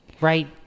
Right